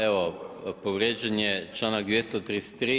Evo, povrijeđen je članak 233.